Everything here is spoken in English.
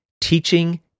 teaching